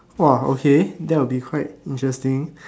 !wah! okay that will be quite interesting